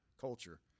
culture